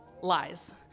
Lies